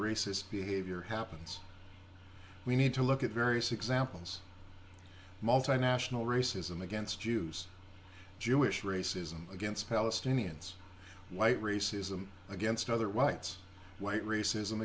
racist behavior happens we need to look at various examples multinational racism against jews jewish racism against palestinians white racism against other whites white racism